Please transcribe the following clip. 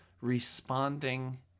responding